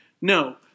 No